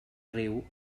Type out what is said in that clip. riu